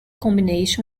combination